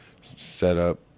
setup